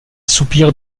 soupir